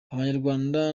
abanyarwanda